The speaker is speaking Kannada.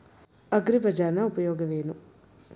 ಅಗ್ರಿಬಜಾರ್ ನ ಉಪಯೋಗವೇನು?